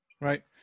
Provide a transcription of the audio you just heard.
right